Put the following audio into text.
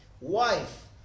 Wife